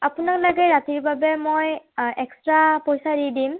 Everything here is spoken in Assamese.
আপোনাক লাগে ৰাতিৰ বাবে মই এক্সট্ৰা পইচা দি দিম